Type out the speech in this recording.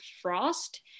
frost